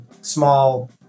small